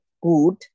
good